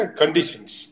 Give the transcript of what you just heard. conditions